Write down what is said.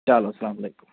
چَلو اَسلامُ علیکُم